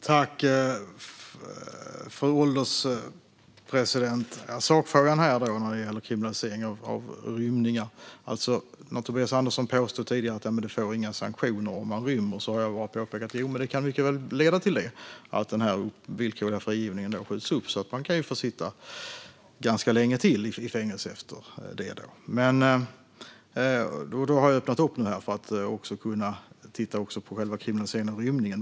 Fru ålderspresident! Sakfrågan gäller kriminalisering av rymningar. Tobias Andersson påstod tidigare att det inte leder till några sanktioner om man rymmer, men jag har påpekat att det mycket väl kan leda till det. Den villkorliga frigivningen kan skjutas upp, och man kan få sitta ganska länge till i fängelse efter det. Jag har nu öppnat upp för att också titta på kriminaliseringen av rymning.